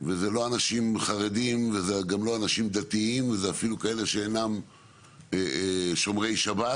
וזה לא אנשים חרדים וגם לא אנשים דתיים ואפילו כאלו שאינם שומרי שבת